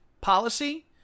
policy